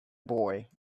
boy